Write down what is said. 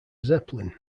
zeppelin